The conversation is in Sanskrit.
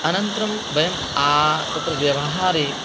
अनन्तरं वयं तत्र व्यवहारे